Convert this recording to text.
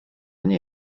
nie